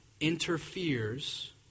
interferes